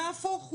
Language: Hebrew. נהפוך הוא,